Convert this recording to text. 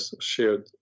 shared